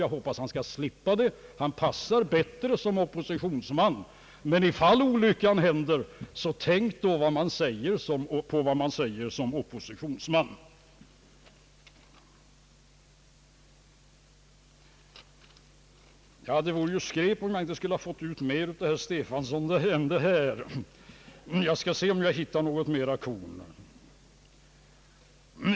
Jag hoppas att han skall slippa det, han passar bättre som oppositionsman, men ifall olyckan händer, så tänk då på vad han säger som oppositionsman. Det vore ju skräp om jag inte skulle ha fått ut mer av herr Stefansons anförande än det jag nu har berört, men jag skall se om jag inte hittar något mer korn.